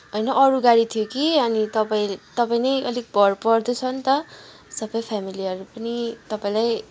होइन अरू गाडी थियो कि अनि तपाईँ तपाईँ नै अलिक भरपर्दो छ नि त सबै फेमिलीहरू पनि तपाईँलाई